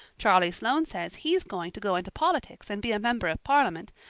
charlie sloane says he's going to go into politics and be a member of parliament,